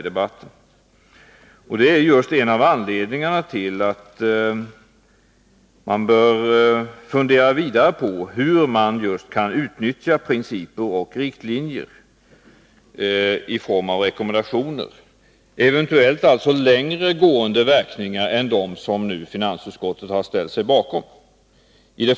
Det är just en av anledningarna till att man bör fundera vidare på hur man kan utnyttja principer och riktlinjer i form av rekommendationer. De kan alltså eventuellt ges längre gående verkningar än de som finansutskottet nu ställt sig bakom.